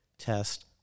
test